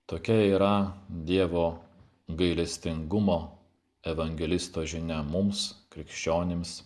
tokia yra dievo gailestingumo evangelisto žinia mums krikščionims